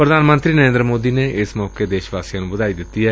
ਪੁਧਾਨ ਮੰਤਰੀ ਨਰੇਂਦਰ ਮੋਦੀ ਨੇ ਏਸ ਮੌਕੇ ਦੇਸ਼ ਵਾਸੀਆਂ ਨੂੰ ਵਧਾਈ ਦਿੱਤੀ ਏ